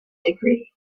degree